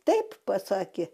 taip pasakė